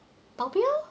保镖